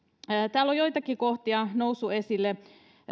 täällä on joitakin kohtia noussut esille